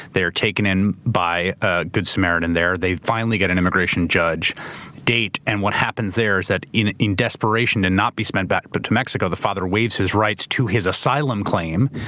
they are taken in by a good samaritan there, they finally get an immigration judge date and what happens there is that in in desperation and not be sent back but to mexico, the father waives his rights to his asylum claim.